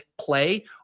play